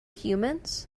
humans